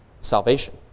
salvation